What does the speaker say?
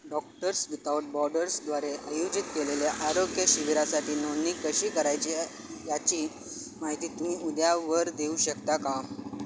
doctors without बॉडर्सद्वारे आयोजित केलेल्या आरोग्य शिबिरासाठी नोंदणी कशी करायची याची माहिती तुम्ही उद्यावर देऊ शकता का